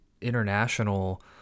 international